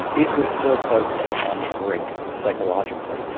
these were still folks that were on the brink psychologically.